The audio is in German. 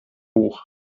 hoch